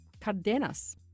Cardenas